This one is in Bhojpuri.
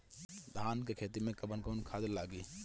धान के खेती में कवन कवन खाद लागी?